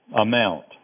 amount